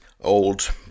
old